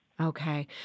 Okay